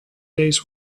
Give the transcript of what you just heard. day’s